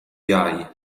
iau